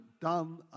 done